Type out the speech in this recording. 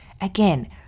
Again